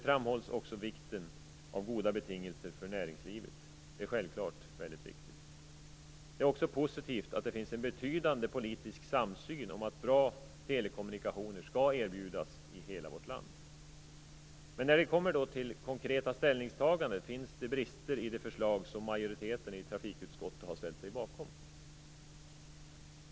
Även vikten av goda betingelser för näringslivet framhålls, och det är självklart väldigt viktigt. Det är också positivt att det finns en betydande politisk samsyn om att bra telekommunikationer skall erbjudas i hela vårt land. När det kommer till konkreta ställningstaganden finns det dock brister i det förslag som majoriteten i trafikutskottet har ställt sig bakom.